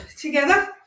together